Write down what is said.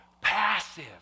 passive